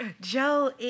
Joe